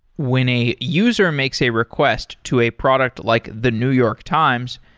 when a user makes a request to a product like the new york times,